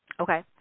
Okay